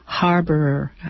harborer